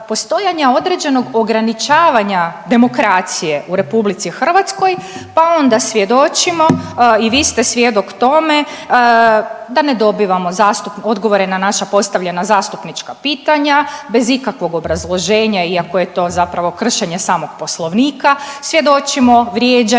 određenog ograničavanja demokracije u RH, pa onda svjedočimo i vi ste svjedok tome da ne dobivamo odgovore na naša postavljena zastupnička pitanja bez ikakvog obrazloženja iako je to zapravo kršenje samog Poslovnika, svjedočimo vrijeđanjima